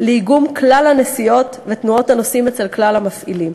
לאיגום כלל הנסיעות ותנועות הנוסעים אצל כלל המפעילים.